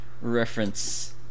reference